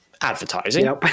advertising